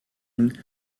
une